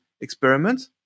experiment